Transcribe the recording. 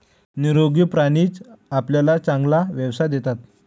निरोगी प्राणीच आपल्याला चांगला व्यवसाय देतात